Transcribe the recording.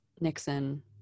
nixon